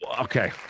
okay